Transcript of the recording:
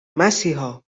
مسیحا